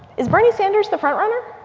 is bernie sanders the front-runner?